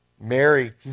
Mary